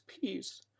peace